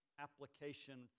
application